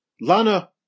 Lana